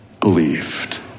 believed